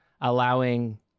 allowing